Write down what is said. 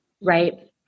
Right